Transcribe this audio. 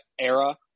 era